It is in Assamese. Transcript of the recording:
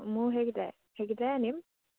মোৰ সেইকেইটাই সেইকেইটাই আনিম